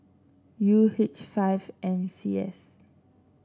U H five M C S